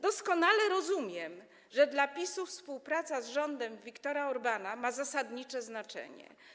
Doskonale rozumiem, że dla PiS-u współpraca z rządem Viktora Orbána ma zasadnicze znaczenie.